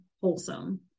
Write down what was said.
wholesome